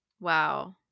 Wow